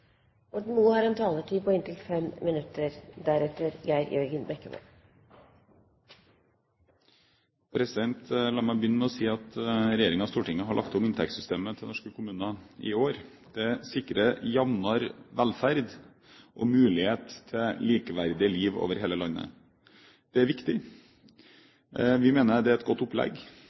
og Stortinget har lagt om inntektssystemet til norske kommuner i år. Det sikrer jevnere velferd og mulighet til likeverdige liv over hele landet. Det er viktig. Vi mener det er et godt opplegg.